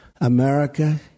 America